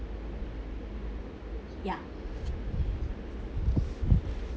ya